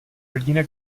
rodina